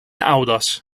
aŭdas